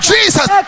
Jesus